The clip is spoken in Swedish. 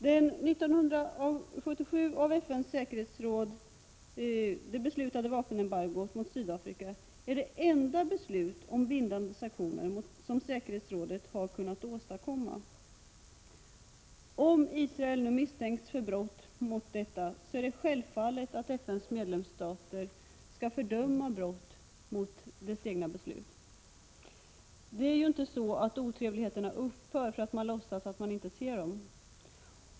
Det beslut som FN:s säkerhetsråd fattade 1977 om vapenembargot mot Sydafrika är det enda beslut om bindande sanktioner som säkerhetsrådet har kunnat åstadkomma. Om Israel misstänks för brott mot detta, måste självfallet alla FN:s medlemsstater fördöma brott mot de egna besluten. Otrevligheterna upphör ju inte därför att man låtsas att man inte ser dem.